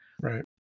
Right